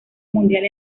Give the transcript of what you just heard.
mundial